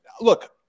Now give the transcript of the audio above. look